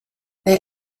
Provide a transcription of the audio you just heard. they